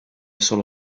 solo